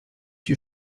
you